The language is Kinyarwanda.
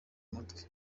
umutwe